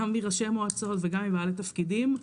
גם מראשי מועצות וגם מבעלי תפקידים,